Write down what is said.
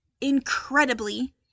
incredibly